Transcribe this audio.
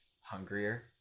hungrier